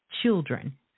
Children